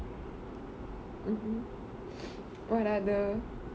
mmhmm what other